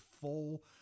full